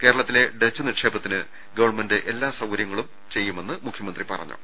കേരളത്തിലെ ഡച്ച് നിക്ഷേ പത്തിന് ഗവൺമെന്റ് എല്ലാവിധ സൌകര്യങ്ങളും ചെയ്യുമെന്ന് മുഖ്യമന്ത്രി പറഞ്ഞു